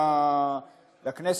לכנסת.